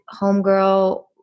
homegirl